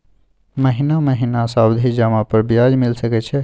महीना महीना सावधि जमा पर ब्याज मिल सके छै?